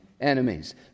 enemies